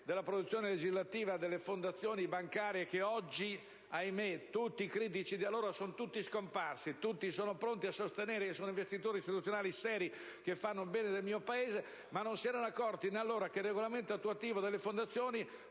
della produzione legislativa delle fondazioni bancarie: oggi -ahimè! - tutti i critici di allora sono scomparsi. Tutti sono pronti a sostenere che sono investitori istituzionali seri, che fanno il bene del nostro Paese, ma non si erano accorti, allora, che il regolamento attuativo delle fondazioni